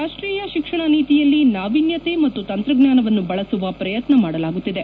ರಾಷ್ಷೀಯ ಶಿಕ್ಷಣ ನೀತಿಯಲ್ಲಿ ನಾವಿನ್ನತೆ ಮತ್ತು ತಂತ್ರಜ್ಞಾನವನ್ನು ಬಳಸುವ ಪ್ರಯತ್ನ ಮಾಡಲಾಗುತ್ತಿದೆ